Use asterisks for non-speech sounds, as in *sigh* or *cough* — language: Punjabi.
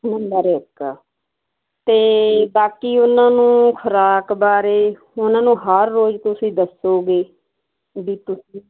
*unintelligible* ਤੇ ਬਾਕੀ ਉਹਨਾਂ ਨੂੰ ਖੁਰਾਕ ਬਾਰੇ ਉਹਨਾਂ ਨੂੰ ਹਰ ਰੋਜ਼ ਤੁਸੀਂ ਦੱਸੋਗੇ ਵੀ ਤੁਸੀਂ